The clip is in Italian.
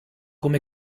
come